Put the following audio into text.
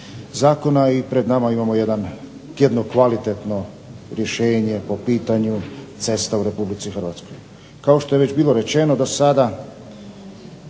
zakona i pred nama imamo jedno kvalitetno rješenje po pitanju cesta u RH. Kao što je bilo rečeno do sada